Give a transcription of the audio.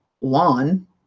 lawn